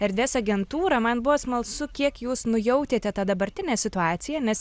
erdės agentūrą man buvo smalsu kiek jūs nujautėte tą dabartinę situaciją nes